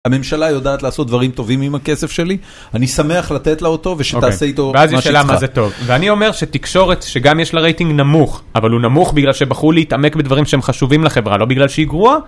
הממשלה יודעת לעשות דברים טובים עם הכסף שלי, אני שמח לתת לה אותו ושתעשה איתו - אוקיי - מה שהיא צריכה. ואז השאלה מה זה טוב. ואני אומר שתקשורת שגם יש לה רייטינג נמוך, אבל הוא נמוך בגלל שבחרו להתעמק בדברים שהם חשובים לחברה, לא בגלל שהיא גרועה,